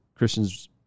Christians